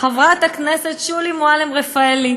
חברת הכנסת שולי מועלם-רפאלי,